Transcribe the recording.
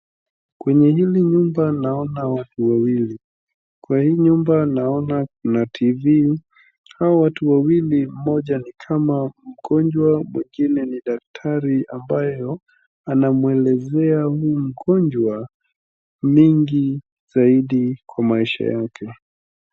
Kwenye hili nyumba naona watu wawili. Kwa hii nyumba naona kuna TV, hao watu wawili mmoja ni kama mgonjwa, mwingine ni daktari ambayo, anamwelezea huyu mgonjwa, nyingi zaidi kwa maisha yake.